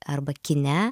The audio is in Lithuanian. arba kine